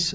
yes